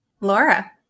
Laura